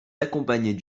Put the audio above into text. accompagner